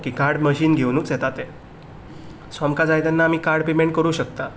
okay card machine घेवनूच येता ते सो आमकां जाय तेन्ना आमी कार्ड पेमेंट करूं शकता